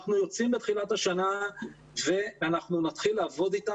אנחנו יוצאים בתחילת השנה ואנחנו נתחיל לעבוד איתם